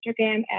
Instagram